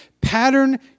pattern